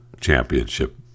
championship